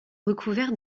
recouverts